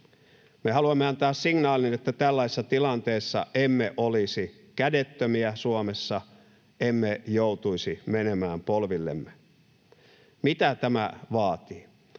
Me haluamme antaa signaalin, että tällaisessa tilanteessa emme olisi kädettömiä Suomessa, emme joutuisi menemään polvillemme. Mitä tämä vaatii?